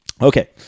Okay